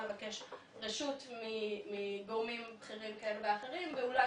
את צריכה לבקש רשות מגורמים בכירים כאלה ואחרים ואולי